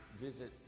visit